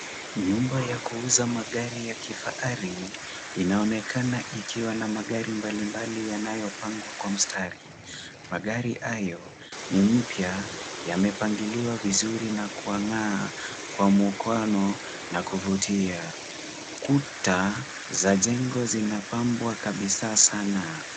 Nyumba ya kuuza magari ya kifahari, inaonekana ikiwa na magari mbali mbali yanayopangwa kwa mstari. Magari hayo ni mpya, yamepangiliwa vizuri na kuang'aa kwa mwokoano na kuvutia. Kuta za jengo zinapambwa kabisa sana.